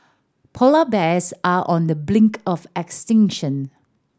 polar bears are on the brink of extinction